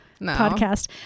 podcast